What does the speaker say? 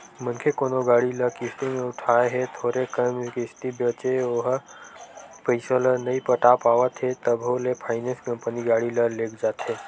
मनखे कोनो गाड़ी ल किस्ती म उठाय हे थोरे कन किस्ती बचें ओहा पइसा ल नइ पटा पावत हे तभो ले फायनेंस कंपनी गाड़ी ल लेग जाथे